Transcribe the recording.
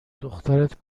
دخترت